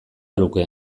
luke